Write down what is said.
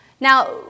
Now